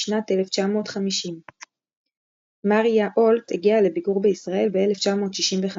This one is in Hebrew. בשנת 1950. מריה אולט הגיעה לביקור בישראל ב-1965,